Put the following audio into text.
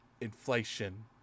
inflation